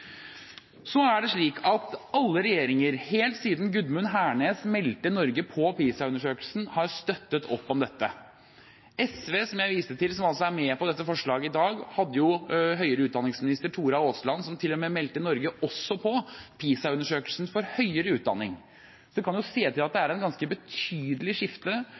Alle regjeringer, helt siden Gudmund Hernes meldte Norge på PISA-undersøkelsen, har støttet opp om dette. SV – som jeg viste til, som altså er med på forslaget i dag – hadde forsknings- og høyere utdanningsminister Tora Aasland, som til og med meldte Norge på PISA-undersøkelsen for høyere utdanning. Så det kan se ut til at det har vært et ganske betydelig skifte